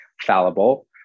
fallible